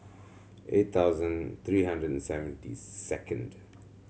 eight thousand three hundred and seventy second